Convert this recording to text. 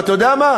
ואתה יודע מה,